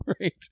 Right